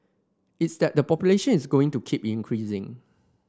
it's that the population is going to keep increasing